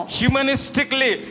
humanistically